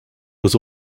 was